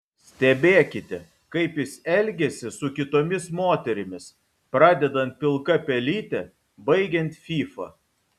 stebėkite kaip jis elgiasi su kitomis moterimis pradedant pilka pelyte baigiant fyfa